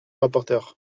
rapporteur